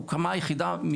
הרעיון הוא